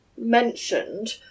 mentioned